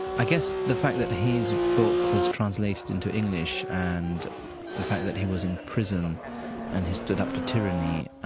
i guess the fact that his book was translated into english and the fact that he was in prison and he stood up to tyranny.